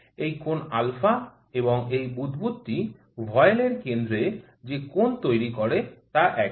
এই কোণ α এবং এই বুদ্বুদটি ভয়েলের কেন্দ্রে যে কোণ তৈরি করে তা একই